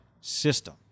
system